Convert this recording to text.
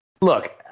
Look